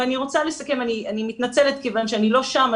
אני מתנצלת כיוון שאני לא שם,